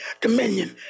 dominion